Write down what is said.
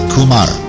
Kumar